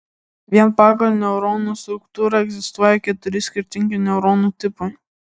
vien pagal neurono struktūrą egzistuoja keturi skirtingi neuronų tipai